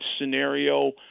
scenario